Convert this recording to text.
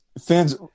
Fans